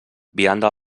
vianda